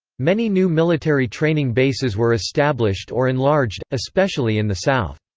many new military training bases were established or enlarged, especially in the south.